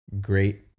great